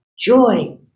joy